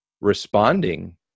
responding